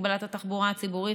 הגבלת התחבורה הציבורית,